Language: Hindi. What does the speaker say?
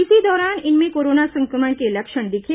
इसी दौरान इनमें कोरोना संक्रमण के लक्षण दिखे